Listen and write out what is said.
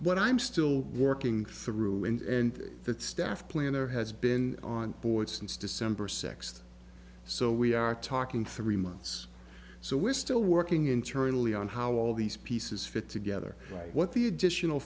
what i'm still working through and that staff planner has been on board since december sixth so we are talking three months so we're still working internally on how all these pieces fit together what the additional